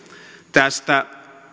tästä